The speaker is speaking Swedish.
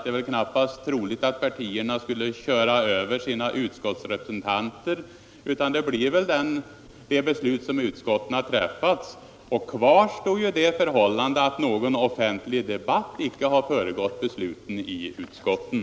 Det är knappast troligt att partierna skulle ”köra över” sina utskottsrepresentanter, utan de beslut utskotten har fattat kommer att gälla. Kvar står också det förhållandet att någon offentlig debatt icke har föregått besluten i utskotten.